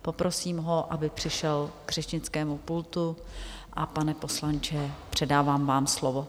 Poprosím ho, aby přišel k řečnickému pultu, a pane poslanče, předávám vám slovo.